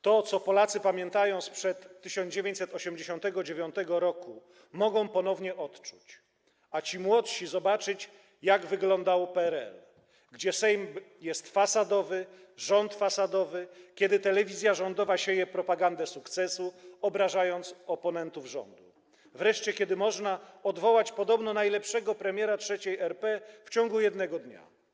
To, co Polacy pamiętają sprzed 1989 r., mogą ponownie odczuć, a ci młodsi zobaczyć, jak wyglądał PRL, gdzie Sejm jest fasadowy, rząd jest fasadowy, kiedy telewizja rządowa sieje propagandę sukcesu, obrażając oponentów rządu, kiedy wreszcie można odwołać podobno najlepszego premiera III RP w ciągu jednego dnia.